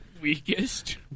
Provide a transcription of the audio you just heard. Weakest